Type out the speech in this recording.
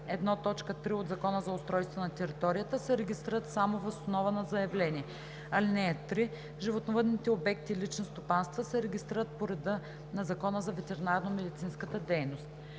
т. 3 от Закона за устройство на територията се регистрират само въз основа на заявление. (3) Животновъдните обекти – лични стопанства се регистрират по реда на Закона за ветеринарномедицинската дейност.“